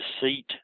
Deceit